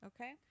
Okay